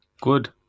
Good